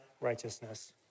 righteousness